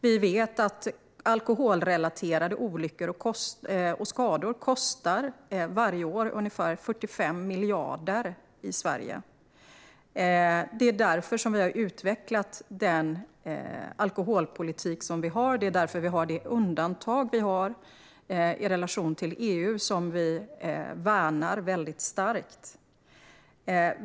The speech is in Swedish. Vi vet att alkoholrelaterade olyckor och skador varje år kostar ungefär 45 miljarder i Sverige, och det är därför vi har utvecklat den alkoholpolitik som vi har. Det är därför vi har det undantag som vi har i relation till EU och som vi värnar väldigt starkt.